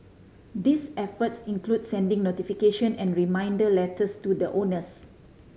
these efforts include sending notification and reminder letters to the owners